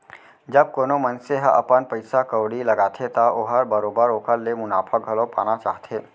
जब कोनो मनसे ह अपन पइसा कउड़ी लगाथे त ओहर बरोबर ओकर ले मुनाफा घलौ पाना चाहथे